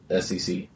SEC